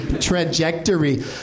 Trajectory